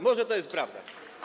Może to jest prawda.